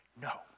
No